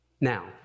now